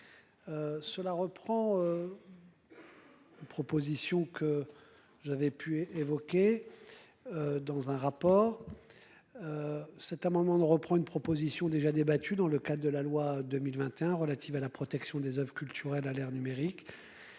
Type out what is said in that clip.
Cela reprend. Une proposition que j'avais pu évoquer. Dans un rapport. Cet amendement ne reprend une proposition déjà débattu dans le cadre de la loi 2021 relatives à la protection des Oeuvres culturelles à l'ère numérique.